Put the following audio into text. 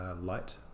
light